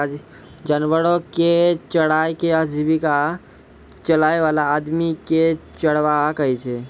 जानवरो कॅ चराय कॅ आजीविका चलाय वाला आदमी कॅ चरवाहा कहै छै